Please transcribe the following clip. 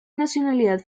nacionalidad